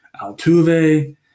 Altuve